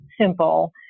simple